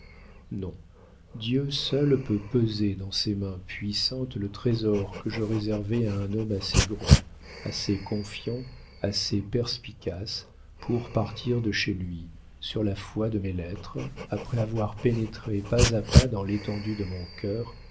non dieu seul peut peser dans ses mains puissantes le trésor que je réservais à un homme assez grand assez confiant assez perspicace pour partir de chez lui sur la foi de mes lettres après avoir pénétré pas à pas dans l'étendue de mon cœur